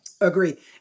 Agree